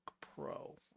Pro